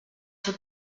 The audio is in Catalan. fer